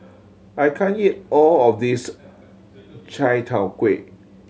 I can't eat all of this Chai Tow Kuay